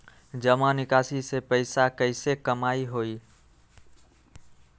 जमा निकासी से पैसा कईसे कमाई होई?